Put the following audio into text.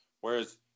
Whereas